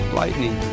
lightning